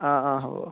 অঁ অঁ হ'ব